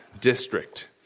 district